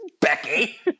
Becky